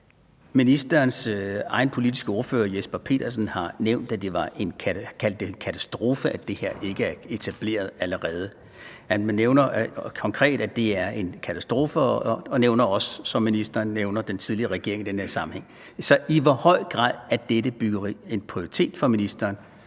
Ministerens egen politiske ordfører, hr. Jesper Petersen, har kaldt det en katastrofe, at det her ikke er etableret allerede. Han nævner konkret, at det er en katastrofe, og han nævner også, som ministeren gør det, den tidligere regering i den her sammenhæng. Så i hvor høj grad er dette byggeri en prioritet for ministeren